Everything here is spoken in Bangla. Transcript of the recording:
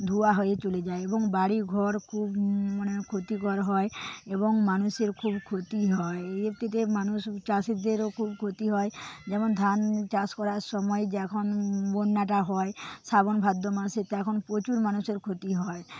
ধুয়া হয়ে চলে যায় এবং বাড়ি ঘর খুব মনে ক্ষতিকর হয় এবং মানুষের খুব ক্ষতি হয় এর থেকে মানুষ চাষিদেরও খুব ক্ষতি হয় যেমন ধান চাষ করার সময় যখন বন্যাটা হয় শ্রাবণ ভাদ্র মাসে তখন প্রচুর মানুষের ক্ষতি হয়